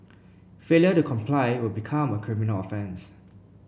failure to comply will become a criminal offence